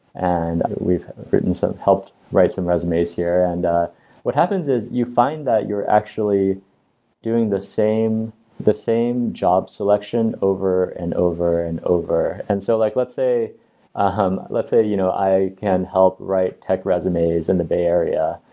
and written some helped write some resumes here and what happens is you find that you are actually doing the same the same job selection over and over and over and so like let's say um let's say you know i can help write tech resumes in the bay area.